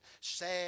sad